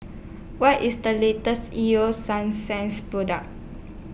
What IS The latest Ego Sunsense Product